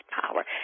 power